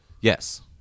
Yes